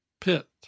Pit